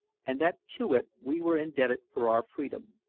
and that to it we were indebted for our freedom.